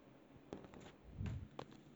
yup